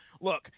look